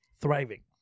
thriving